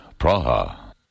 Praha